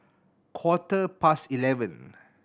quarter past eleven